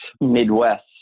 Midwest